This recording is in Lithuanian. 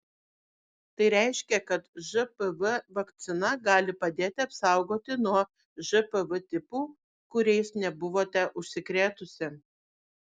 tai reiškia kad žpv vakcina gali padėti apsaugoti nuo žpv tipų kuriais nebuvote užsikrėtusi